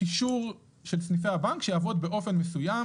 קישור של סניפי הבנק שיעבוד באופן מסוים